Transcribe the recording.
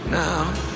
now